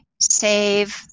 save